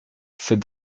ces